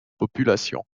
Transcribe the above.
population